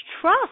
trust